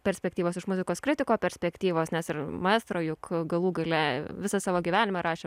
perspektyvos iš muzikos kritiko perspektyvos nes ir maestro juk galų gale visą savo gyvenimą rašė